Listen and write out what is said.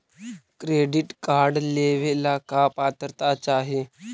Credit card लेवेला का पात्रता चाही?